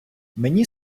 мені